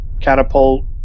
catapult